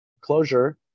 Closure